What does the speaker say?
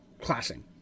classing